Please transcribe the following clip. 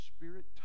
Spirit